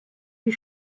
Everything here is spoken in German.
die